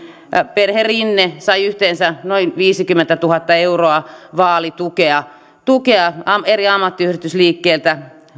perhe rinne sai yhteensä noin viisikymmentätuhatta euroa vaalitukea eri ammattiyhdistysliikkeiltä